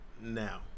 now